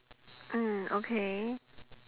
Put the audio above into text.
mm okay